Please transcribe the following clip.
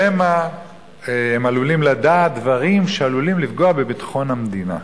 שמא הם עלולים לדעת דברים שעלולים לפגוע בביטחון המדינה.